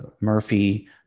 Murphy